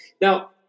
Now